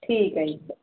ਠੀਕ ਹੈ ਜੀ